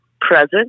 Present